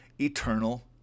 eternal